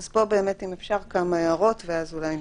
אז פה באמת אם אפשר כמה הערות ואז אולי נשמע.